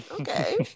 okay